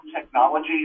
technology